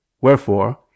Wherefore